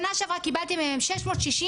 שנה שעברה קיבלתי מהם 660,